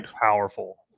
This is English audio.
powerful